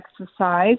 exercise